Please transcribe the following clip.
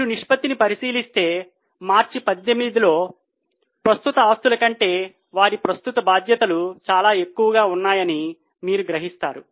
మీరు నిష్పత్తిని పరిశీలిస్తే మార్చి 18 లో ప్రస్తుత ఆస్తుల కంటే వారి ప్రస్తుత బాధ్యతలు చాలా ఎక్కువగా ఉన్నాయని మీరు గ్రహిస్తారు